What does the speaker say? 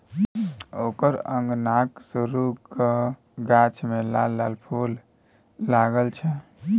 ओकर अंगनाक सुरू क गाछ मे लाल लाल फूल लागल छै